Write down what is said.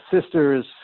sisters